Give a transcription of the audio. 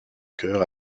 cœur